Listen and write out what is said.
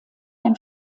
ein